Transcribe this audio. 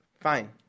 Fine